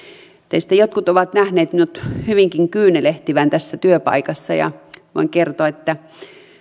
teistä jotkut ovat nähneet minut hyvinkin kyynelehtivän tässä työpaikassa ja voin kertoa että